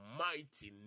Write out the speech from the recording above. mighty